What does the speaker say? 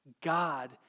God